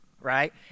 right